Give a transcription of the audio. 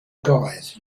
guys